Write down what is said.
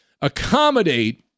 accommodate